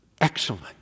Excellent